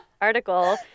article